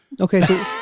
Okay